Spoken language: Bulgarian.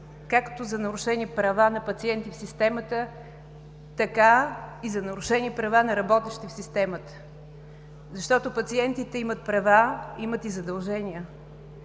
както за нарушени права на пациенти в системата, така и за нарушени права на работещи в системата, защото пациентите имат права, имат и задължения,